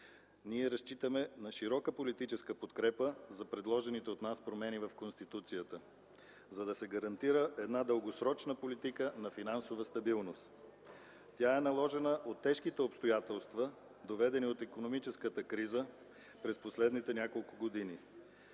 Ние разчитаме на широка политическа подкрепа за предложените от нас промени в Конституцията, за да се гарантира една дългосрочна политика на финансова стабилност. Тя е наложена от тежките обстоятелства, доведени от икономическата криза през последните няколко години.